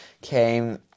came